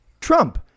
Trump